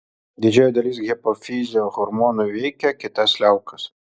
didžioji dalis hipofizio hormonų veikia kitas liaukas